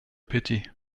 pity